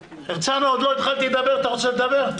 הרצנו, עוד לא התחלתי לדבר אתה רוצה לדבר?